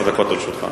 עשר דקות לרשותך.